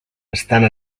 estant